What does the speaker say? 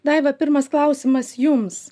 daiva pirmas klausimas jums